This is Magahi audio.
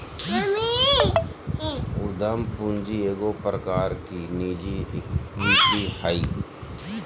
उद्यम पूंजी एगो प्रकार की निजी इक्विटी हइ